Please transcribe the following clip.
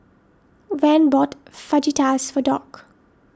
Van bought Fajitas for Dock